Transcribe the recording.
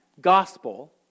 gospel